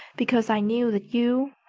because i knew that you,